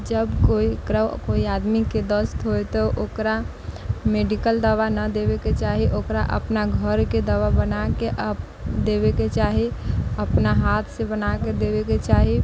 जब कोइ कोइ आदमीके दस्त होइ तऽ ओकरा मेडिकल दवा न देबैके चाही ओकरा अपना घरके दवा बनाके आ देबैके चाही अपना हाथ से बनाके देबैके चाही